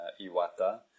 Iwata